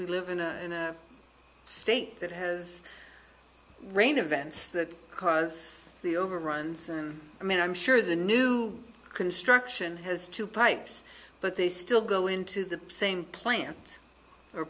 live in a state that has rain events that cause the overruns i mean i'm sure the new construction has two pipes but they still go into the same plant or